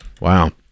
Wow